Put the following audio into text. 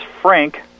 Frank